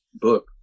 book